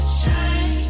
shine